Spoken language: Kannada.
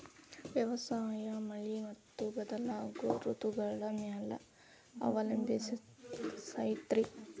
ವ್ಯವಸಾಯ ಮಳಿ ಮತ್ತು ಬದಲಾಗೋ ಋತುಗಳ ಮ್ಯಾಲೆ ಅವಲಂಬಿಸೈತ್ರಿ